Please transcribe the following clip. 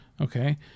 Okay